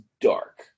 dark